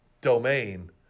domain